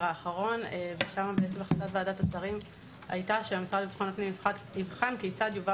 האחרון והחלטת ועדת השרים היתה שהמשרד לביטחון הפנים יבחן כיצד יובא